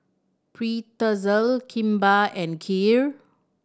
Pretzel Kimbap and Kheer